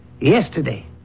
Yesterday